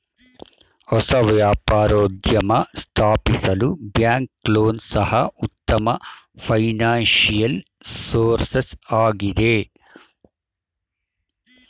ಹೊಸ ವ್ಯಾಪಾರೋದ್ಯಮ ಸ್ಥಾಪಿಸಲು ಬ್ಯಾಂಕ್ ಲೋನ್ ಸಹ ಉತ್ತಮ ಫೈನಾನ್ಸಿಯಲ್ ಸೋರ್ಸಸ್ ಆಗಿದೆ